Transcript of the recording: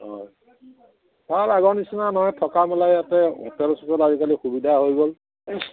হয় তাৰ আগৰ নিচিনা নহয় থকা মেলাই ইয়াতে হোটেল চোটেল আজিকালি সুবিধা হৈ গ'ল